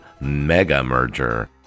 mega-merger